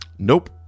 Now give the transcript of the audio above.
Nope